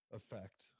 effect